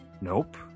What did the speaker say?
Nope